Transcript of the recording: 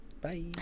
Bye